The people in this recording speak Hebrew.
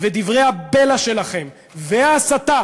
ודברי הבלע שלכם וההסתה